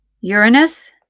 uranus